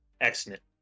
excellent